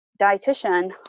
dietitian